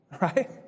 right